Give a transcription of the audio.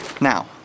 Now